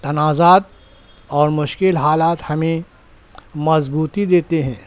تنازعات اور مشکل حالات ہمیں مضبوطی دیتے ہیں